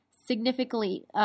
significantly